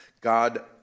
God